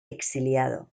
exiliado